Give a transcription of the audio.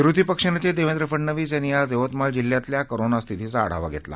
विरोधी पक्षनेते देवेंद्र फडनवीस यांनी आज यवतमाळ जिल्ह्यातल्या कोरोनास्थितीचा आढावा घेतला